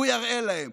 הוא יראה להם.